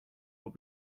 will